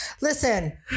Listen